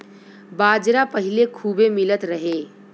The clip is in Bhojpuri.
बाजरा पहिले खूबे मिलत रहे